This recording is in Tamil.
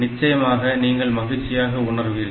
நிச்சயமாக நீங்கள் மகிழ்ச்சியாக உணர்வீர்கள்